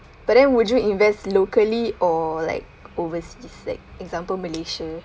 but then would you invest locally or like overseas like example malaysia